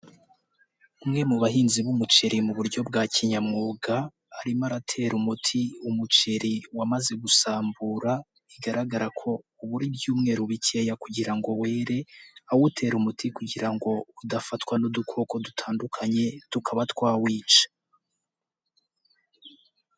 Umwe mu bahinzi b'umuceri mu buryo bwa kinyamwuga arimo aratera umuti umuceri wamaze gusambura bigaragara ko ubura ibyumweru bikeya kugira ngo were, awutera umuti kugira ngo udafatwa n'udukoko dutandukanye tukaba twawica.